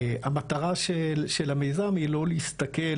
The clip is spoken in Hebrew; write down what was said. המטרה של המיזם היא לא להסתכל,